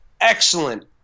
excellent